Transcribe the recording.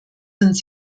sind